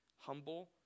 Humble